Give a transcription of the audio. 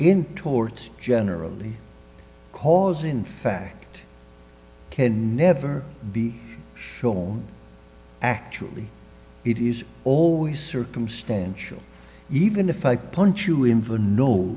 in towards generally cause in fact can never be shown actually it is always circumstantial even if i punch you in